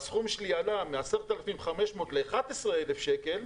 והסכום שלי עלה מ-10,500 ל-11,000 שקל,